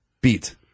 beat